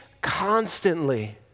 constantly